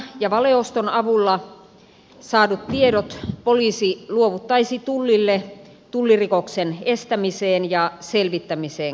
peitetoiminnan ja valeoston avulla saadut tiedot poliisi luovuttaisi tullille tullirikoksen estämiseen ja selvittämiseen käytettäviksi